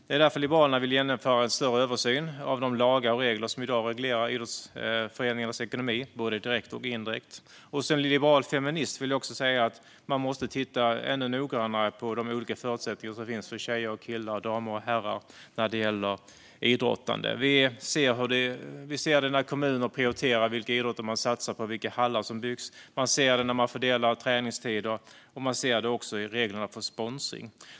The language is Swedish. Därför vill Liberalerna genomföra en större översyn av de lagar och regler som i dag reglerar idrottsföreningarnas ekonomi, både direkt och indirekt. Som liberal feminist vill jag också säga att man måste titta ännu noggrannare på de olika förutsättningar som finns för tjejer och killar och damer och herrar när det gäller idrottande. Vi ser det när kommuner prioriterar vilka idrotter de satsar på och vilka hallar som byggs. Vi ser det när man fördelar träningstider, och vi ser det i reglerna för sponsring.